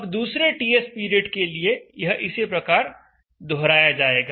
अब दूसरे TS period के लिए यह इसी प्रकार दोहराया जाएगा